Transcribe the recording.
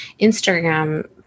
Instagram